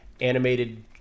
animated